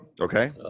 Okay